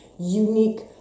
unique